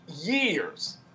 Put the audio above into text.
years